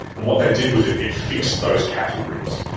and what that did was it it fixed those categories.